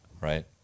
right